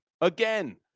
Again